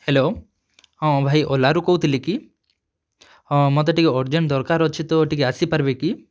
hello ହଁ ଭାଇ ଓଲାରୁ କହୁଥିଲେ କି ହଁ ମୋତେ ଟିକେ ଅରଜେଣ୍ଟ ଦରକାର ଅଛି ତ ଟିକେ ଆସିପାରିବେ କି